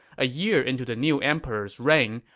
a year into the new emperor's reign,